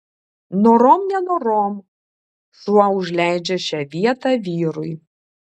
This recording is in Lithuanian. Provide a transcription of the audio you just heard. norom nenorom šuo užleidžia šią vietą vyrui